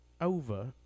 over